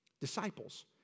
disciples